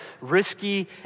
risky